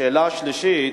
שאלה שלישית: